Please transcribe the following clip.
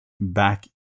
back